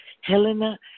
Helena